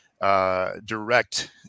direct